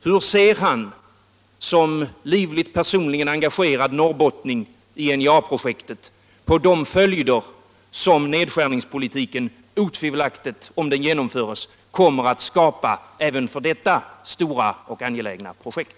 Hur ser han som norrbottning och personligen livligt engagerad i NJA-projektet på de följder som nedskärningspolitiken otvivelaktigt, om den genomförs, kommer att medföra även för detta stora och angelägna projekt?